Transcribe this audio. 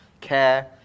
care